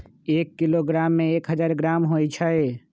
एक किलोग्राम में एक हजार ग्राम होई छई